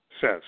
says